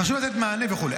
חשוב לתת מענה, וכו'.